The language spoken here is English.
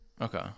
Okay